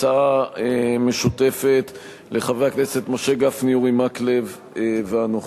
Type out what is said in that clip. הצעה משותפת לחברי הכנסת משה גפני ואורי מקלב ולי.